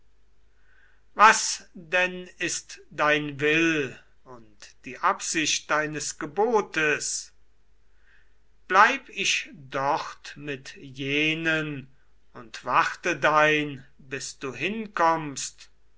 was denn ist dein will und die absicht deines gebotes bleib ich dort mit jenen und warte dein bis du hinkommst